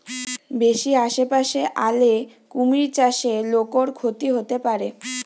বেশি আশেপাশে আলে কুমির চাষে লোকর ক্ষতি হতে পারে